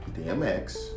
DMX